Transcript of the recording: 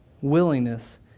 Willingness